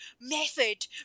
Method